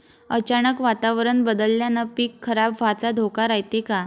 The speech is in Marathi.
अचानक वातावरण बदलल्यानं पीक खराब व्हाचा धोका रायते का?